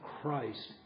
Christ